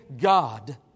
God